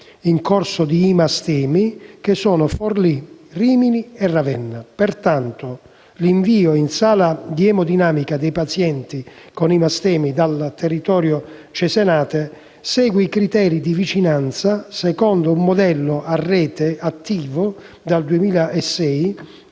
in corso di IMA Stemi, che sono Forlì, Rimini e Ravenna. Pertanto, l'invio in sala di emodinamica dei pazienti con IMA Stemi dal territorio cesenate segue i criteri di vicinanza, secondo un modello a rete attivo dal 2006,